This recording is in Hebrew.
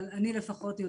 אבל אני יודעת